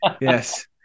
yes